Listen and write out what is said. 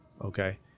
Okay